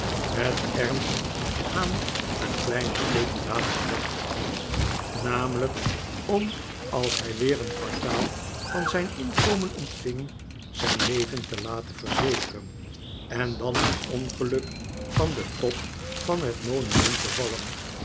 met ernst aan een kleine speculatie dacht namelijk om als hij weer een kwartaal van zijn inkomen ontving zijn leven te laten verzekeren en dan bij ongeluk van den top van het monument te vallen